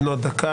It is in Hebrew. בנות דקה,